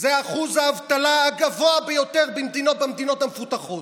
זה אחוז האבטלה הגבוה ביותר במדינות המפותחות.